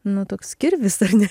nu toks kirvis ar ne